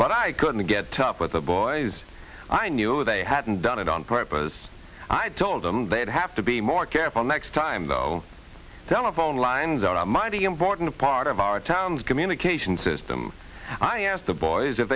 but i couldn't get tough with the boys i knew they hadn't done it on purpose i told them they'd have to be more careful next time though telephone lines are mighty important part of our town's communication system i asked the boys if